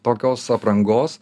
tokios aprangos